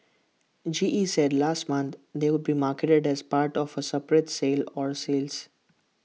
G E said last month they would be marketed as part of A separate sale or sales